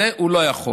את זה הוא לא יכול.